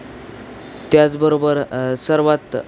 त्याचबरोबर सर्वात